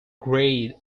grayed